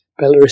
Belarus